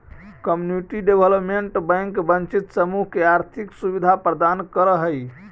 community development bank वंचित समूह के आर्थिक सुविधा प्रदान करऽ हइ